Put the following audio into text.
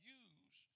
use